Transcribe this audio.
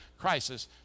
crisis